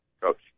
coach